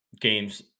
games